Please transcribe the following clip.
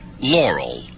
Laurel